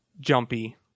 jumpy